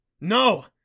No